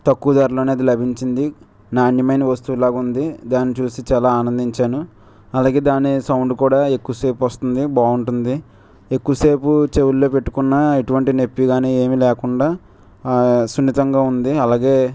తక్కువ ధరలోనే అది లభించింది నాణ్యమైన వస్తువు లాగా ఉంది దాన్ని చూసి చాలా ఆనందించాను అలాగే దాని సౌండ్ కూడా ఎక్కువ సేపు వస్తుంది బాగుంటుంది ఎక్కువసేపు చెవుల్లో పెట్టుకున్నాను ఎటువంటి నొప్పి కానీ ఏమి లేకుండా సున్నితంగా ఉంది అలాగే